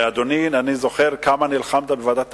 אדוני, אני זוכר כמה נלחמת בוועדת הכספים,